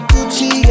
Gucci